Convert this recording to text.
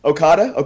Okada